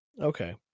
Okay